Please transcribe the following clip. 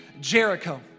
Jericho